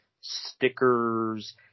stickers